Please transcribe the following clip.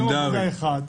עם יום עבודה אחד.